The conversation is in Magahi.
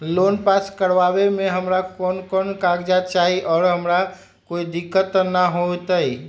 लोन पास करवावे में हमरा कौन कौन कागजात चाही और हमरा कोई दिक्कत त ना होतई?